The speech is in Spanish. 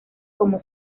como